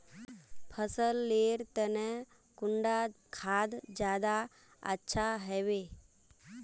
फसल लेर तने कुंडा खाद ज्यादा अच्छा हेवै?